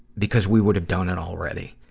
because we would have done it already.